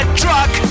truck